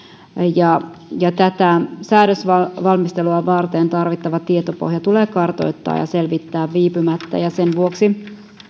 tätä säädösvalmistelua varten tarvittava tietopohja tulee kartoittaa ja selvittää viipymättä sen vuoksi